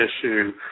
issue